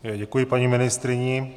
Já děkuji paní ministryni.